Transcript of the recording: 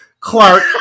Clark